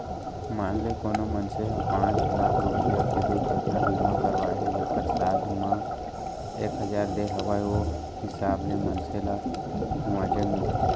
मान ले कोनो मनसे ह पॉंच लाख रूपया के दुरघटना बीमा करवाए हे जेकर साल म एक हजार दे हवय ओ हिसाब ले मनसे ल मुवाजा मिलही